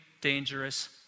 dangerous